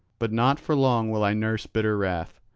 but not for long will i nurse bitter wrath,